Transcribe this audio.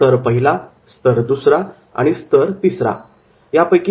स्तर 1 स्तर 2 व स्तर 3